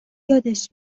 یادش